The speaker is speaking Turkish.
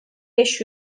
beş